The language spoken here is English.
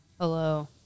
Hello